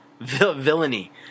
villainy